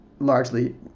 largely